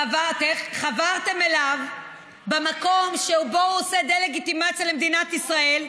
חברתם אליו במקום שבו הוא עושה דה-לגיטימציה למדינת ישראל,